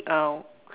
uh